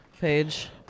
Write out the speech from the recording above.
page